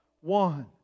one